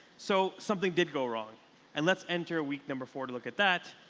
so something did go wrong and let's enter week number four to look at that,